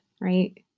right